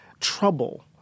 trouble